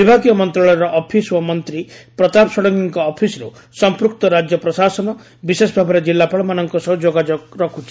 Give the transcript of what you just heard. ବିଭାଗୀୟ ମନ୍ତଶାଳୟର ଅଫିସ୍ ଓ ମନ୍ତୀ ପ୍ରତାପ ଷଡ଼ଙ୍ଙୀଙ୍କ ଅଫିସରୁ ସମ୍ମୁକ୍ତ ରାଜ୍ୟ ପ୍ରଶାସନ ବିଶେଷ ଭାବରେ ଜିଲ୍ଲାପାଳମାନଙ୍କ ସହ ଯୋଗାଯୋଗ କରାଯାଉଛି